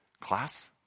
Class